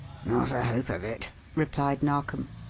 not a hope of it, replied narkom.